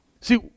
See